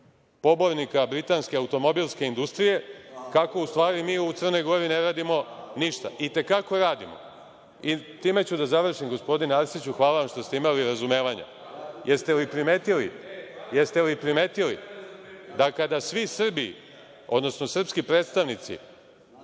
pobornika britanske automobilske industrije kako u stvari mi u Crnoj Gori ne radimo ništa. I te kako radimo. Time ću da završim, gospodine Arsiću, hvala vam što ste imali razumevanja - jeste li primetili da kada svi Srbi, odnosno srpski predstavnici,